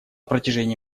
протяжении